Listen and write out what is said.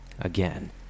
Again